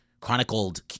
chronicled